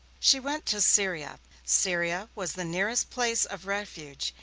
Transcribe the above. she went to syria. syria was the nearest place of refuge,